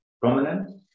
prominent